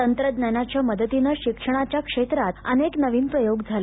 तंत्रज्ञानाच्या मदतीनं शिक्षणाच्या क्षेत्रात अनेक नवीन प्रयोग झाले